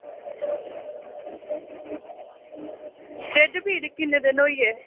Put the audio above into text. टिड्ढ पीड़ किन्ने दिन होई गे